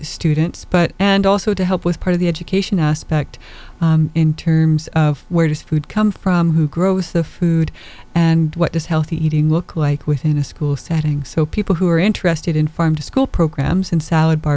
students but and also to help with part of the education aspect in terms of where does food come from who grows the food and what does healthy eating look like within a school setting so people who are interested in farm to school programs and salad bar